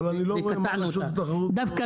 אבל אני לא רואה מה רשות התחרות --- דווקא